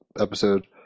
episode